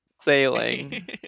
sailing